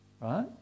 right